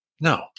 No